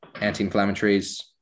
anti-inflammatories